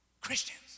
Christians